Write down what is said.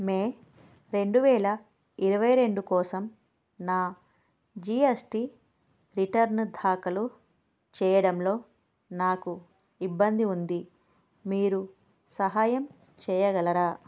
మే రెండు వేల ఇరవై రెండు కోసం నా జీ ఎస్ టీ రిటర్న్ దాఖలు చేయడంలో నాకు ఇబ్బంది ఉంది మీరు సహాయం చేయగలరా